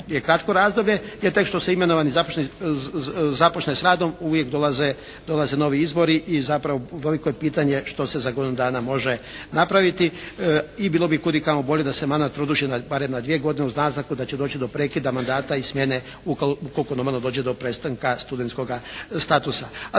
kratko razdoblje jer tek što se imenovani započne s radom uvijek dolaze novi izbori i zapravo veliko je pitanje što se za godinu dana može napraviti i bilo bi kudikamo bolje da se mandat produži barem na 2 godine uz naznaku da će doći do prekida mandata i smjene ukoliko normalno dođe do prestanka studentskoga statusa.